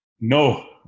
No